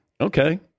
Okay